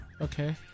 Okay